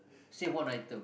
say one item